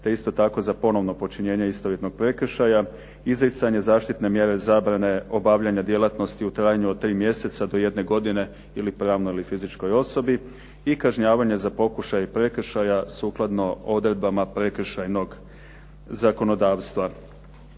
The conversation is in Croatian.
te isto tako za ponovno počinjenje istovjetnog prekršaja, izricanje zaštitne mjere zabrane obavljanja djelatnosti u trajanju od tri mjeseca do jedne godine ili pravnoj ili fizičkoj osobi i kažnjavanje za pokušaj prekršaja sukladno odredbama prekršajnog zakonodavstva.